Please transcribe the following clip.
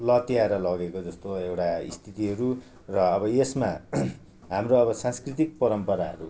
लत्याएर लगेको जस्तो एउटा स्थितिहरू र अब यसमा हाम्रो अब सांस्कृतिक परम्पराहरू